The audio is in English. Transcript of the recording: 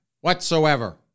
whatsoever